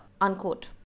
unquote